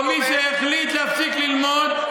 או מי שהחליט להפסיק ללמוד,